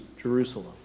Jerusalem